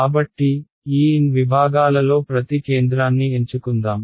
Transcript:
కాబట్టి ఈ n విభాగాలలో ప్రతి కేంద్రాన్ని ఎంచుకుందాం